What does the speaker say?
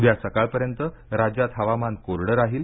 उद्या सकाळपर्यंत राज्यात हवामान कोरडं राहील